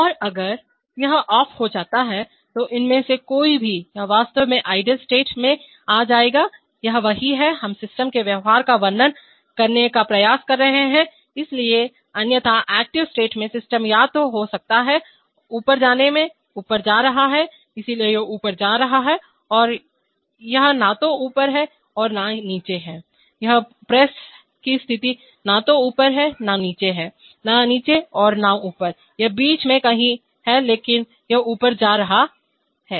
और अगर यह ऑफ हो जाता है तो इनमें से कोई भी यह वास्तव में आइडल स्टेट में आ जाएगा यह वही है हम सिस्टम के व्यवहार का वर्णन करने का प्रयास कर रहे हैं इसलिए अन्यथा एक्टिव स्टेट में सिस्टम या तो हो सकता है ऊपर जाने में ऊपर जा रहा है इसलिए यह ऊपर जा रहा है यह न तो ऊपर है और न नीचे है यह है प्रेस की स्थिति न तो ऊपर है और न नीचे है न नीचे है और न ऊपर है यह बीच में कहीं है लेकिन यह ऊपर जा रहा है